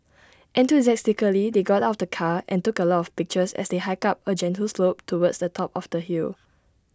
enthusiastically they got out of the car and took A lot of pictures as they hiked up A gentle slope towards the top of the hill